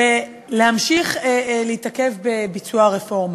ולהמשיך להתעכב בביצוע הרפורמה.